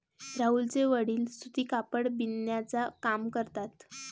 राहुलचे वडील सूती कापड बिनण्याचा काम करतात